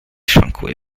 szwankuje